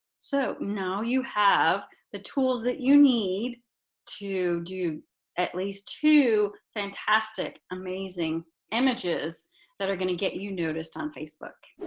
so now you have the tools that you need to do at least two fantastic, amazing images that are going to get you noticed on facebook!